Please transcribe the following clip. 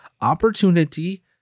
opportunity